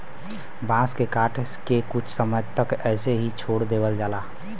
बांस के काट के कुछ समय तक ऐसे ही छोड़ देवल जाला